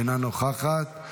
אינה נוכחת.